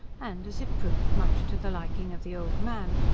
and, as it proved, much to the liking of the old man,